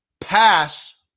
pass